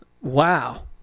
Wow